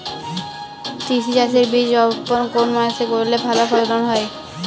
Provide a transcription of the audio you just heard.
তিসি চাষের বীজ বপন কোন মাসে করলে ভালো ফলন হবে?